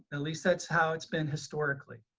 at least that's how it's been historically.